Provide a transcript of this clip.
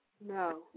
No